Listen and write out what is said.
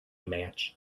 match